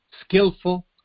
Skillful